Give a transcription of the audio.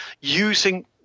using